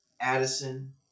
Addison